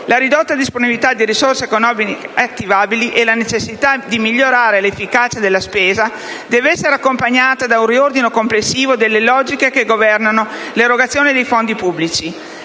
La ridotta disponibilità di risorse economiche attivabili e la necessità di migliorare l'efficacia della spesa deve essere accompagnata da un riordino complessivo delle logiche che governano l'erogazione di fondi pubblici